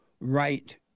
right